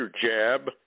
jab